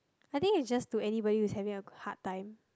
I think is just to anybody who is having a hard time